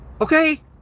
okay